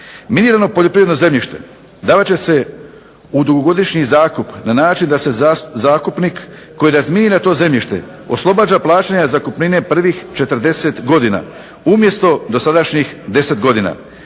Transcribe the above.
Minirano poljoprivredno zemljište davat će se u dugogodišnji zakup na način da se zakupnik koji razminira to zemljište oslobađa plaćanja zakupnine prvih 40 godina, umjesto dosadašnjih 10 godina.